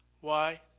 why,